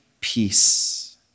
peace